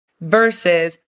versus